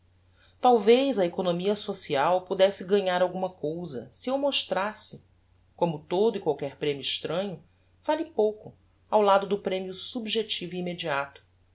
talvez a economia social pudesse ganhar alguma cousa si eu mostrasse como todo e qualquer premio estranho vale pouco ao lado do premio subjectivo e immediato